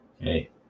Okay